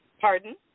Pardon